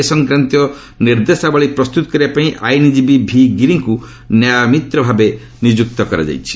ଏ ସଂକ୍ରାନ୍ତୀୟ ନିର୍ଦ୍ଦେଶାବଳୀ ପ୍ରସ୍ତୁତ କରିବାପାଇଁ ଆଇନଜୀବୀ ଭି ଗିରିଙ୍କୁ ନ୍ୟାୟମିତ୍ର ଭାବେ ନିଯୁକ୍ତ କରାଯାଇଛି